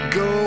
go